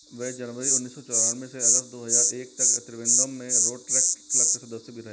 वे जनवरी उन्नीस सौ चौरानवे से अगस्त दो हज़ार एक तक त्रिवेन्द्रम में रोट रैक्ट क्लब के सदस्य भी रहे